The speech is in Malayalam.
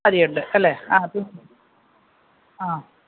അരി ഉണ്ട് അല്ലേ ആ അത് ആ